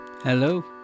Hello